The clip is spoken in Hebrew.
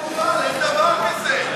גברתי, אין דבר כזה.